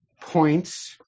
points